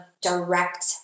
direct